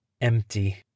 Empty